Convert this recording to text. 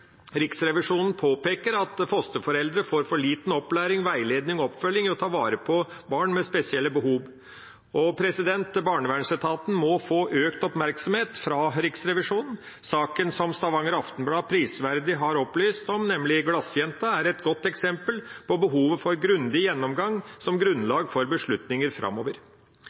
Riksrevisjonen påpeker at fosterforeldre får for lite opplæring, veiledning og oppfølging i å ta vare på barn med spesielle behov. Barnevernsetaten må få økt oppmerksomhet fra Riksrevisjonen. Saken som Stavanger Aftenblad prisverdig har opplyst om, nemlig saken om «glassjenta», er et godt eksempel på behovet for en grundig gjennomgang som grunnlag for beslutninger framover.